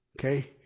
Okay